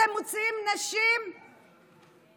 אתם מוציאים נשים מבוגרות,